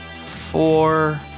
four